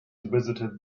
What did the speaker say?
visited